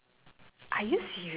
avatar